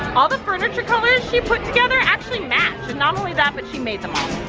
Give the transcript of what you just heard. all the furniture colors she put together actually match, and not only that, but she made them up.